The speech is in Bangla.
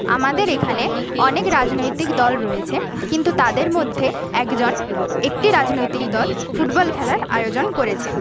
আমাদের এখানে অনেক রাজনৈতিক দল রয়েছে কিন্তু তাদের মধ্যে একজন একটি রাজনৈতিক দল ফুটবল খেলার আয়োজন করেছে